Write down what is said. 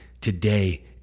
today